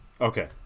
Okay